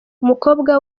umukobwa